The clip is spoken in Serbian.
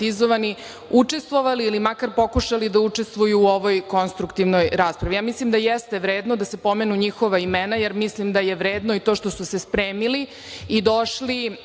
učestvovali ili makar pokušali da učestvuju u ovoj konstruktivnoj raspravi. Mislim da jeste vredno da se pomenu njihova imena, jer mislim da je vredno i to što su se spremili i došli